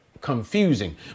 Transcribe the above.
confusing